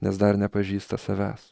nes dar nepažįsta savęs